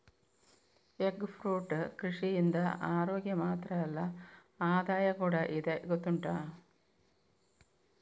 egg fruit ಕೃಷಿಯಿಂದ ಅರೋಗ್ಯ ಮಾತ್ರ ಅಲ್ಲ ಆದಾಯ ಕೂಡಾ ಇದೆ ಗೊತ್ತುಂಟಾ